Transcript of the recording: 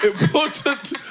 important